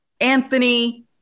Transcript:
Anthony